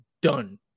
done